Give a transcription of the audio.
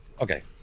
okay